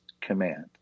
command